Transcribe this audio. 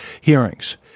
hearings